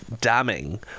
damning